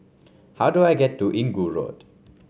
how do I get to Inggu Road